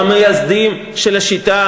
במירוץ לנשיאות,